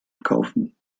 kaufen